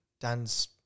Dan's